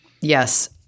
Yes